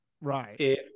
Right